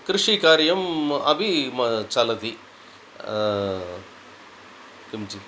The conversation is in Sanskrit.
कृषिकार्यं अपि म चलति किञ्चित्